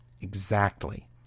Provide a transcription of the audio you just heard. Exactly